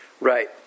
right